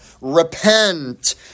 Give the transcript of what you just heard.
repent